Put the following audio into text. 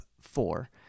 four